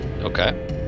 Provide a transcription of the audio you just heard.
Okay